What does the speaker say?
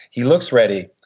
he looks ready.